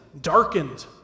darkened